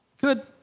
Good